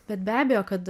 bet be abejo kad